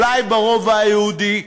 אולי ברובע היהודי,